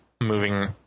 moving